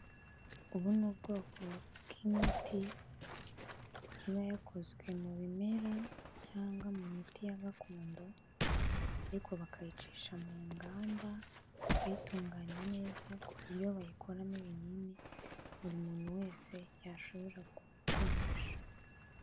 Ubu ni ubwoko bw'imiti iba yakozwe mu bimera cyangwa mu miti ya gakondo, ariko bakayicisha mu nganda bayitunganya neza ku buryo bayikoramo ibinini buri muntu wese yashobora gukoresha.